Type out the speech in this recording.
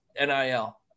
NIL